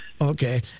Okay